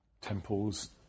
temples